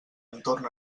entorn